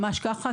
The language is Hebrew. ממש כך,